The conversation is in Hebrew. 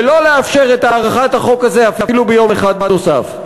ולא לאפשר את הארכת החוק הזה אפילו ביום אחד נוסף.